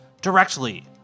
directly